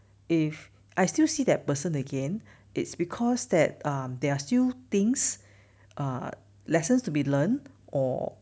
if I still see that person again it's because that err there are still things err lessons to be learnt or